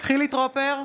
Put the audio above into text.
חילי טרופר,